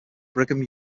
brigham